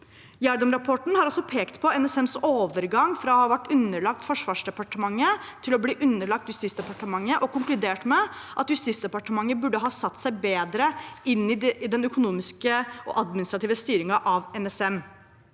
Gjedrem-rapporten har også pekt på NSMs overgang fra å ha vært underlagt Forsvarsdepartementet til å bli underlagt Justisdepartementet og konkludert med at Justisdepartementet burde satt seg bedre inn i den økonomiske og administrative styringen av NSM.